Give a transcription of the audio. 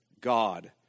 God